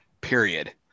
period